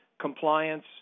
compliance